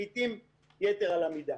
לעתים יתר על המידה.